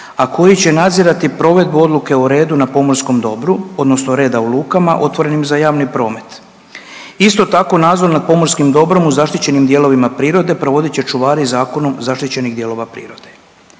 a koji će nadzirati provedbu odluke o redu na pomorskom dobru odnosno reda u lukama otvorenim za javni promet. Isto tako nadzor nad pomorskim dobrom u zaštićenim dijelovima prirode provodit će čuvati zakonom zaštićenih dijelova prirode.